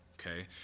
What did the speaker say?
Okay